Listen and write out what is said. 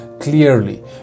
clearly